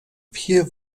vier